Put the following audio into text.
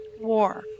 war